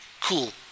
cool